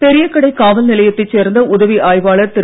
பெரியகடை காவல்நிலையத்தைச் சேர்ந்த உதவி ஆய்வாளர் திரு